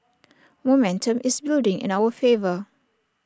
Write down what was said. momentum is building in our favour